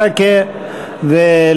בבקשה, אדוני.